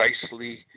Precisely